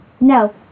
No